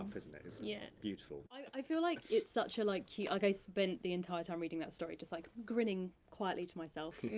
up, isn't it? yeah. it's yeah beautiful. i feel like it's such a like cute, like i spent the entire time reading that story, just like, grinning quietly to myself.